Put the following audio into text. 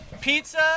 Pizza